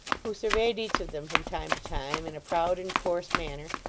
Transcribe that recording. who surveyed each of them from time to time in a proud and coarse manner,